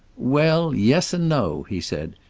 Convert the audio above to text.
well, yes and no, he said.